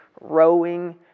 rowing